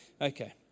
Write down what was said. Okay